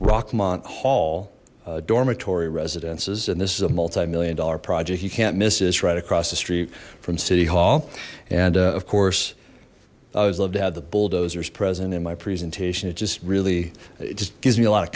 rock mont hall dormitory residences and this is a multi million dollar project you can't miss this right across the street from city hall and of course i would love to add the bulldozers present in my presentation it just really it just gives me a lot of